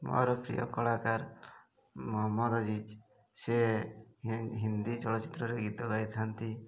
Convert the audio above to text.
ମୋର ପ୍ରିୟ କଳାକାର ମହମ୍ମଦ୍ ଅଜିଜ୍ ସେ ହିନ୍ଦୀ ଚଳଚ୍ଚିତ୍ରରେ ଗୀତ ଗାଇଥାନ୍ତି